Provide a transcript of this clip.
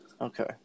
Okay